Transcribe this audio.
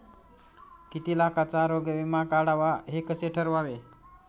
किती लाखाचा आरोग्य विमा काढावा हे कसे ठरवावे?